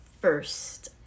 first